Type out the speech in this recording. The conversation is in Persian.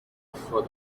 افراد